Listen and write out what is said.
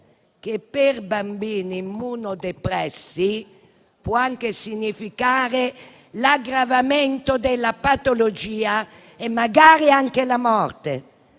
che per bambini immunodepressi può anche significare l'aggravamento della patologia e magari anche la morte.